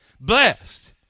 Blessed